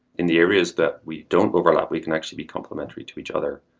in the areas that we don't overlap, we can actually be complementary to each other,